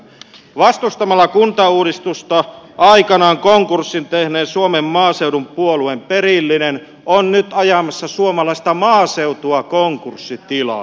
vastustamalla kuntauudistusta aikanaan konkurssin tehneen suomen maaseudun puolueen perillinen on nyt ajamassa suomalaista maaseutua konkurssitilaan